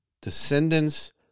descendants